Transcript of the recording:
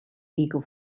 eagle